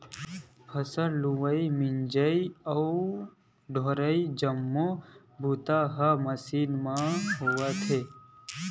फसल के लुवई, मिजई बर अउ डोहरई जम्मो बूता ह मसीन मन म होवत हे